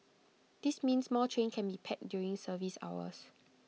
this means more trains can be packed during service hours